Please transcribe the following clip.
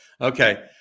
Okay